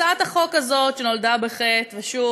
הצעת החוק הזאת, שנולדה בחטא, ושוב